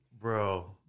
Bro